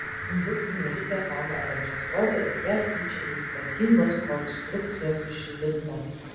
indukcinė ritė gauna elektros srovę ir ją siunčia į ypatingos konstrukcijos žibintą